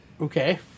Okay